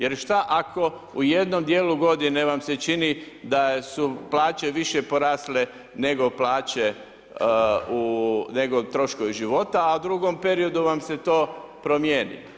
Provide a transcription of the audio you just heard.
Jer šta ako u jednom dijelu godine vam se čini da su plaće više porasle nego plaće, nego troškovi života a u drugom periodu vam se to promijeni.